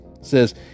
says